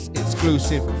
exclusive